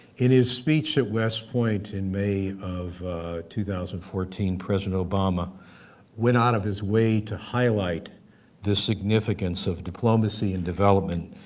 in his speech at west point in may of two thousand and fourteen, president obama went out of his way to highlight the significance of diplomacy and development,